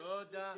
תודה.